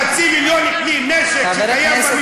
חצי מיליון כלי נשק שקיימים במגזר,